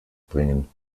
bringen